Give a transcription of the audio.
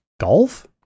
Golf